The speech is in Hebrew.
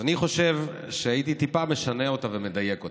אז אני חושב שהייתי טיפה משנה אותה ומדייק אותה.